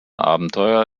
abenteurer